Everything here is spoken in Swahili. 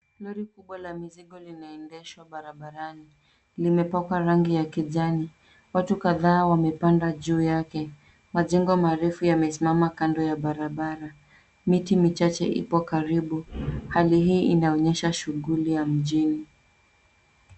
Lori kubwa la mizigo linaendeshwa barabarani. Limepakwa rangi ya kijani. Watu kadhaa wamepanda juu yake. Majengo marefu yamesimama kando ya barabara. Miti michache ipo karibu. Hali hii inaonyesha shughuli ya mjini.